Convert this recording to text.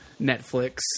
Netflix